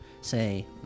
say